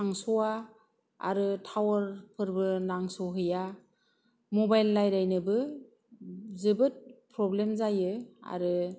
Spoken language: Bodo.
थांस'वा आरो टावारफोरबो नांस'हैया मबाइल लायरायनोबो जोबोद प्रब्लेम जायो आरो